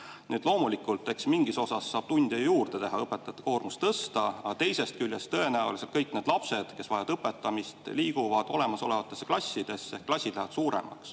Loomulikult, eks mingis osas saab tunde juurde teha, õpetajate koormust tõsta, aga teisest küljest, tõenäoliselt kõik need lapsed, kes vajavad õpetamist, liiguvad olemasolevatesse klassidesse, klassid lähevad suuremaks.